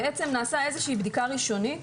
בעצם נעשית איזושהי בדיקה ראשונית,